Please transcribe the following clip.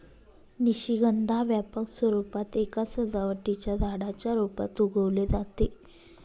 निशिगंधा व्यापक स्वरूपात एका सजावटीच्या झाडाच्या रूपात उगवले जाते